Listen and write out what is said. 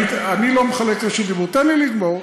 אני לא מחלק רשות דיבור, תן לי לגמור.